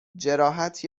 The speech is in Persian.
جراحت